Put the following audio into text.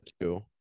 two